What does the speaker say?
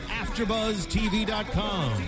AfterBuzzTV.com